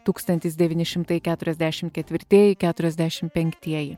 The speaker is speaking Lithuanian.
tūkstantis devyni šimtai keturiasdešim ketvirtieji keturiasdešim penktieji